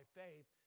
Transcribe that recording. faith